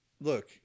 Look